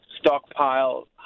stockpile